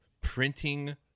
printing